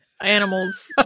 animals